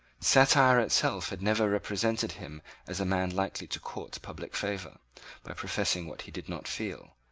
satire itself had never represented him as a man likely to court public favour by professing what he did not feel,